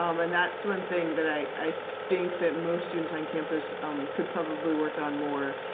um and, that's one thing that i i think that most students on campus could probably work on more.